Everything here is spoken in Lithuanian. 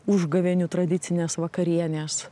užgavėnių tradicinės vakarienės